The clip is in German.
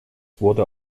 wurde